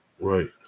Right